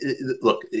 look